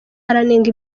aranenga